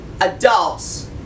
adults